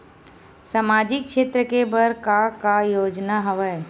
सामाजिक क्षेत्र के बर का का योजना हवय?